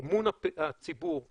אמון הציבור נפגע,